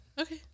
Okay